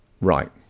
Right